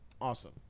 awesome